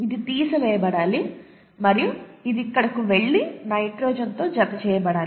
ఇది తీసివేయబడాలి మరియు ఇది ఇక్కడకు వెళ్లి నైట్రోజన్ తో జతచేయబడాలి